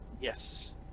yes